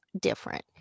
different